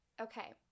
Okay